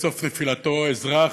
בסוף נפילתו, אזרח,